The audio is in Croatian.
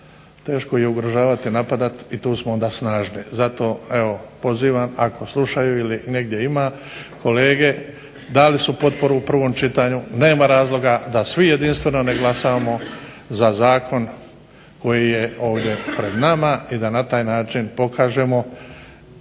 teško ih je ugrožavati, napadati, i tu smo onda snažni. Zato evo pozivam ako slušaju ili negdje ima kolege, dali su potporu u prvom čitanju, nema razloga da svi jedinstveno ne glasamo za zakon koji je ovdje pred nama, i da na taj način pokažemo